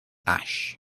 ash